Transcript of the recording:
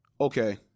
okay